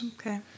Okay